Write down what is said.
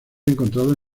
encontrados